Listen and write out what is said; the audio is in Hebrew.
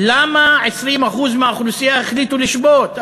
למה 20% מהאוכלוסייה החליטו לשבות,